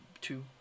Two